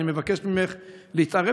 אני מבקש ממך להתערב,